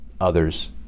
others